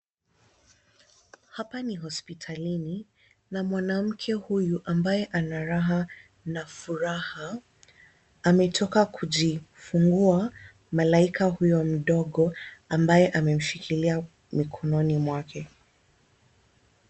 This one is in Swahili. Hapa ni hospitalini na mwanamke huyu ambaye ana raha na furaha ametoka kujifungua malaika huyo mdogo ambaye amemshikilia mikononi mwake.